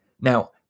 Now